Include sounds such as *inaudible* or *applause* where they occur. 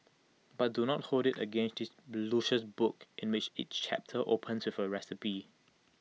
but do not hold IT against this luscious book in which each chapter opens *hesitation* A recipe